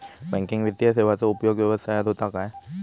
Banking वित्तीय सेवाचो उपयोग व्यवसायात होता काय?